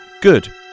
Good